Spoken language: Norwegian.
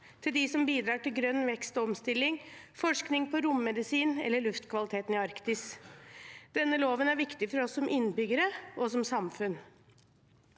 – de som bidrar til grønn vekst og omstilling, forskning på rommedisin eller luftkvaliteten i Arktis. Denne loven er viktig for oss som innbyggere og som samfunn.